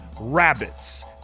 Rabbits